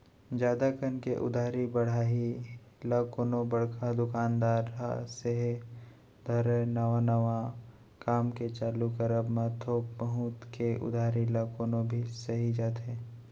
जादा कन के उधारी बाड़ही ल कोनो बड़का दुकानदार ह सेहे धरय नवा नवा काम के चालू करब म थोक बहुत के उधारी ल कोनो भी सहि जाथे